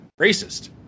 racist